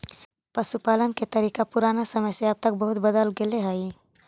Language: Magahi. पशुपालन के तरीका पुराना समय से अब तक बहुत बदल गेले हइ